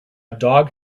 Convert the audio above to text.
dog